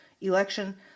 election